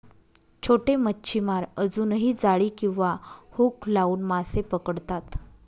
छोटे मच्छीमार अजूनही जाळी किंवा हुक लावून मासे पकडतात